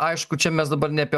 aišku čia mes dabar ne apie